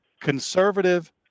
conservative